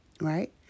right